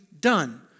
done